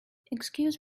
excuse